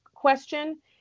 question